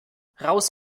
raus